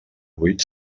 vuit